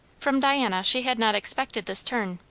from diana she had not expected this turn.